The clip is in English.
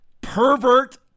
pervert